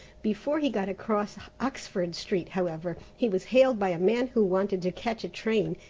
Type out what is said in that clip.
before he got across oxford street, however, he was hailed by a man who wanted to catch a train,